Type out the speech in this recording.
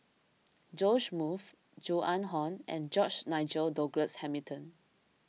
Joash Moo Joan Hon and George Nigel Douglas Hamilton